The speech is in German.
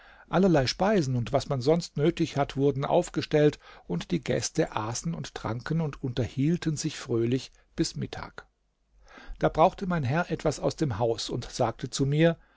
allerlei speisen und was man sonst nötig hat wurden aufgestellt und die gäste aßen und tranken und unterhielten sich fröhlich bis mittag da brauchte mein herr etwas aus dem haus und sagte zur mir